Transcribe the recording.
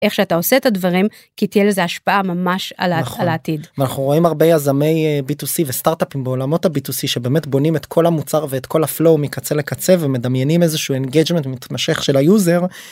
איך שאתה עושה את הדברים, כי תהיה לזה השפעה ממש על העתיד. -נכון. -אנחנו רואים הרבה יזמי B2C וסטארטאפים בעולמות ה-B2C שבאמת בונים את כל המוצר ואת כל הפלואו מקצה לקצה, ומדמיינים איזשהו אינגייג'מנט מתמשך של היוזר.